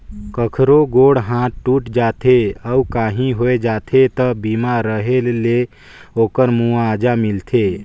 कखरो गोड़ हाथ टूट जाथे अउ काही होय जाथे त बीमा रेहे ले ओखर मुआवजा मिलथे